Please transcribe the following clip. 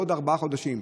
עוד ארבעה חודשים.